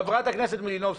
חברת הכנסת מלינובסקי,